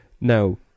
Now